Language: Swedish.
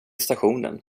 stationen